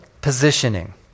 positioning